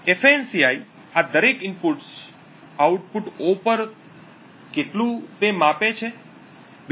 ફાન્સી આ દરેક inputs output O પર કેટલું તે માપે છે